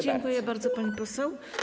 Dziękuję bardzo, pani poseł.